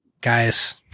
guys